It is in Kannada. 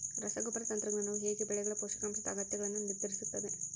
ರಸಗೊಬ್ಬರ ತಂತ್ರಜ್ಞಾನವು ಹೇಗೆ ಬೆಳೆಗಳ ಪೋಷಕಾಂಶದ ಅಗತ್ಯಗಳನ್ನು ನಿರ್ಧರಿಸುತ್ತದೆ?